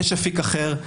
יש אפיק אחר,